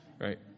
right